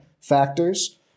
Factors